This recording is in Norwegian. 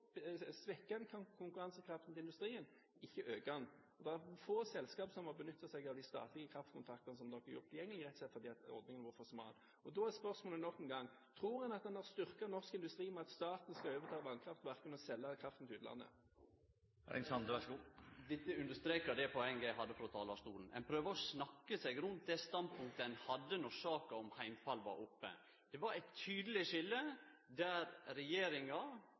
konkurransekraften til industrien, en øker den ikke. Da er det få selskaper som har benyttet seg av de statlige kraftkontrakter som en har gjort tilgjengelige, rett og slett fordi ordningen var for smal. Da er spørsmålet nok en gang: Tror en at en har styrket norsk industri ved at staten skal overta vannkraftverkene og selge kraften til utlandet? Dette understrekar det poenget eg hadde frå talarstolen. Ein prøver å snakke seg rundt det standpunktet ein hadde då saka om heimfall var oppe. Det var eit tydeleg skilje der regjeringa,